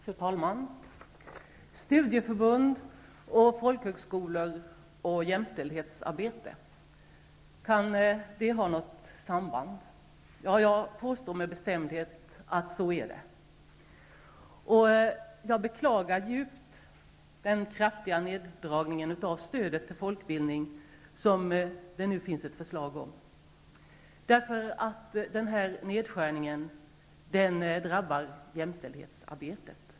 Fru talman! Studieförbund, folkhögskolor och jämställdhetsarbete, kan det ha något samband? Ja, jag påstår med bestämdhet att det är så. Jag beklagar djupt den kraftiga neddragningen av stödet till folkbildning som det nu finns ett förslag om. Den här nedskärningen drabbar nämligen jämställdhetsarbetet.